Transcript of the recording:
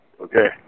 Okay